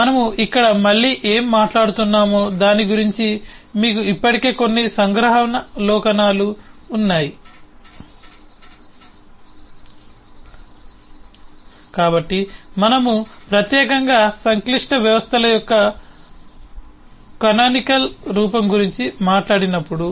మనము ఇక్కడ మళ్ళీ ఏమి మాట్లాడుతున్నామో దాని గురించి మీకు ఇప్పటికే కొన్ని సంగ్రహావలోకనాలు ఉన్నాయి కాబట్టి మనము ప్రత్యేకంగా సంక్లిష్ట వ్యవస్థల యొక్క కానానికల్ రూపం గురించి మాట్లాడినప్పుడు